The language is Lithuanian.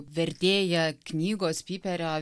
vertėja knygos pyperio